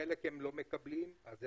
חלק הם מקבלים וחלק לא.